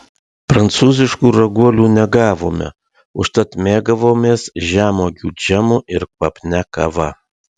prancūziškų raguolių negavome užtat mėgavomės žemuogių džemu ir kvapnia kava